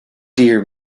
dear